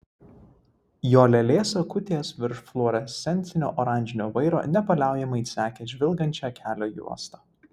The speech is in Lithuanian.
jo lėlės akutės virš fluorescencinio oranžinio vairo nepaliaujamai sekė žvilgančią kelio juostą